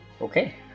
okay